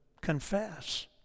confess